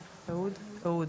אהוד,